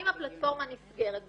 ואם הפלטפורמה נסגרת בפניו,